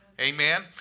Amen